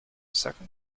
second